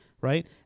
right